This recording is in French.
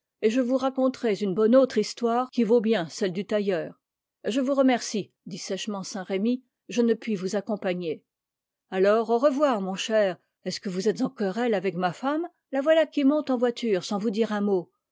et je vous raconterais une bonne autre histoire qui vaut bien celle du tailleur je vous remercie dit sèchement saint-remy je ne puis vous accompagner alors au revoir mon cher est-ce que vous êtes en querelle avec ma femme la voilà qui monte en voiture sans vous dire un mot